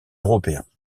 européen